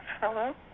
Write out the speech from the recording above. Hello